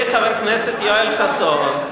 חבר הכנסת חסון.